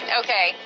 okay